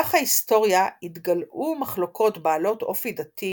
במהלך ההיסטוריה התגלעו מחלוקות בעלות אופי דתי